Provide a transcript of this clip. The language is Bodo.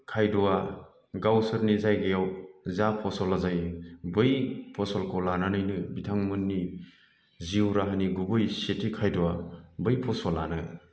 खायद'आ गावसोरनि जायगायाव जा फसला जायो बै फसलखौ लानानैनो बिथांमोननि जिउ राहानि गुबै सेथि खायद'आ बै फसलानो